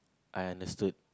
I understood